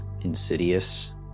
insidious